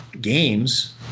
games